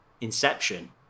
Inception